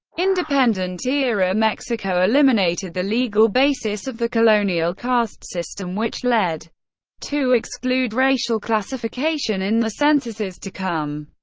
independent-era mexico eliminated the legal basis of the colonial caste system which led to exclude racial classification in the censuses to come.